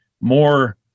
more